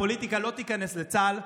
הפוליטיקה לא תיכנס לצה"ל.